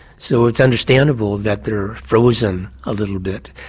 so it's understandable that they're frozen a little bit.